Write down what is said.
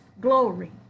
glory